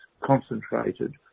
concentrated